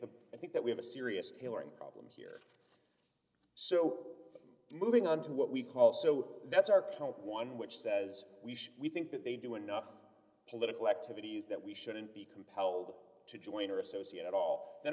the i think that we have a serious scaling problem so moving on to what we call so that's our count one which says we should we think that they do enough political activities that we shouldn't be compelled to join or associate at all